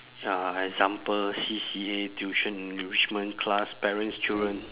ya example C_C_A tuition enrichment class parents children